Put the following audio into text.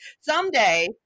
someday